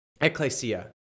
Ecclesia